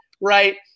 right